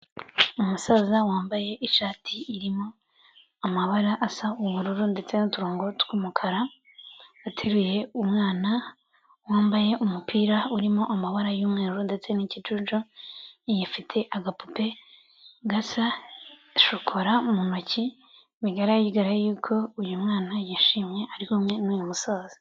Umusaza wambaye ishati irimo amabara asa ubururu ndetse nu'urongo tw'umukara, ateruye umwana wambaye umupira urimo amabara y'umweru ndetse n'ikijuju. Afite agapupe gasa shokora mu ntoki bigaragara y'uko uyu mwana yishimye ari kumwe n'uyu musaza.